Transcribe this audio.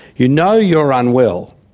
you know you're unwell.